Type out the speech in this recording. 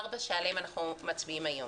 שעליהן אנחנו מצביעים היום.